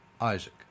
Isaac